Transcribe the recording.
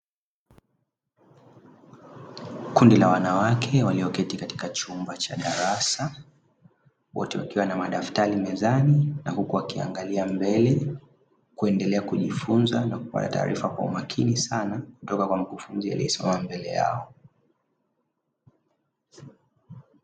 Kundi la wanawake wakiwa wameketi katika chumba cha darasa wote wakiwa na madaftari mezani, na huku wakiangalia mbele kuendelea kujifunza na kupata taarifa kwa umakini sana kutoka kwa mkufunzi aliyesimama mbele yao.